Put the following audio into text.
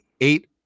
eight